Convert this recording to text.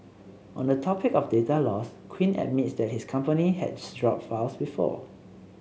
on the topic of data loss Quinn admits that his company had dropped files before